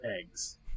eggs